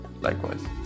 Likewise